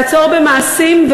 לעצור במעשים,